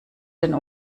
den